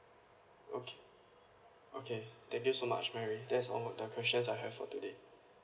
okay okay thank you so much mary that's all the questions I have for today